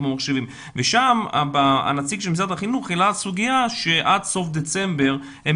כמו מחשבים ושם נציג משרד החינוך העלה סוגיה שעד סוף דצמבר הם